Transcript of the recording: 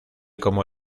como